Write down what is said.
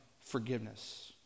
forgiveness